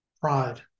pride